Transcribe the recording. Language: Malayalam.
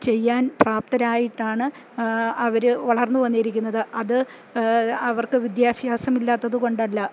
ചെയ്യാൻ പ്രാപ്തരായിട്ടാണ് അവര് വളർന്നു വന്നിരിക്കുന്നത് അത് അവർക്ക് വിദ്യാഭ്യാസമില്ലാത്തത് കൊണ്ടല്ല